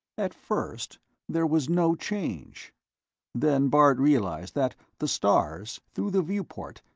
at first there was no change then bart realized that the stars, through the viewport,